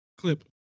clip